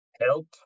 help